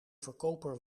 verkoper